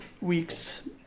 week's